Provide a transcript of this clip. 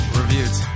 reviews